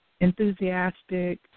enthusiastic